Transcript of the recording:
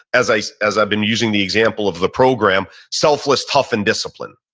as i've as i've been using the example of the program, selfless, tough, and disciplined.